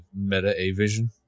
meta-A-vision